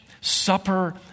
supper